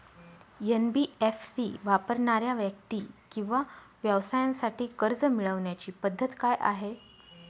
NBFC वापरणाऱ्या व्यक्ती किंवा व्यवसायांसाठी कर्ज मिळविण्याची पद्धत काय आहे?